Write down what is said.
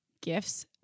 gifts